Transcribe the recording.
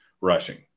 rushing